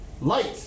Light